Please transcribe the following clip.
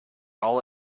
all